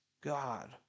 God